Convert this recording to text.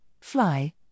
FLY